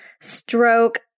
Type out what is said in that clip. stroke